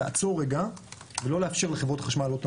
לעצור רגע ולא לאפשר לחברות החשמל להעלות את